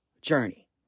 journey